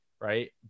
right